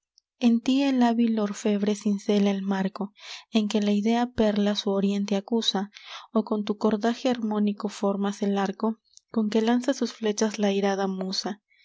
en ti el hábil orfebre cincela el marco en que la idea perla su oriente acusa o en tu cordaje harmónico formas el arco con que lanza sus flechas la airada musa